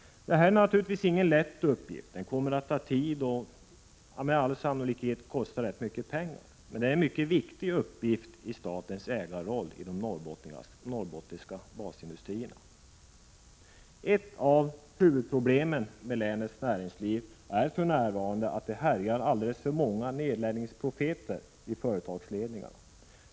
Det är givetvis ingen lätt uppgift. Den kommer att ta tid och med all sannolikhet kosta rätt mycket pengar, men det är en viktig uppgift i statens ägarroll i de norrbottniska basindustrierna. Ett av huvudproblemen med länets näringsliv är för närvarande att det härjar alldeles för många nedläggningsprofeter i företagsledningarna.